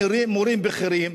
מורים בכירים,